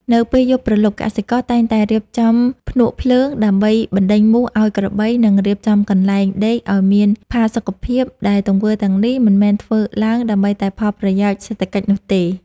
នៅពេលយប់ព្រលប់ កសិករតែងតែរៀបចំភ្នក់ភ្លើងដើម្បីបណ្តេញមូសឱ្យក្របី និងរៀបចំកន្លែងដេកឱ្យមានផាសុកភាព ដែលទង្វើទាំងនេះមិនមែនធ្វើឡើងដើម្បីតែផលប្រយោជន៍សេដ្ឋកិច្ចនោះទេ។